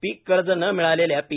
पीक कर्ज न मिळालेल्या पी